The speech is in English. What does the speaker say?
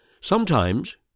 Sometimes